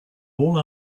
all